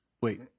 wait